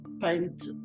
paint